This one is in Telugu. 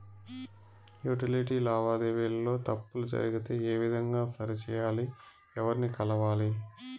యుటిలిటీ లావాదేవీల లో తప్పులు జరిగితే ఏ విధంగా సరిచెయ్యాలి? ఎవర్ని కలవాలి?